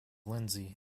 lindsey